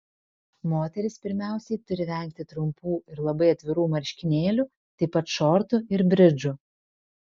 moterys pirmiausiai turi vengti trumpų ir labai atvirų marškinėlių taip pat šortų ir bridžų